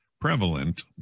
prevalent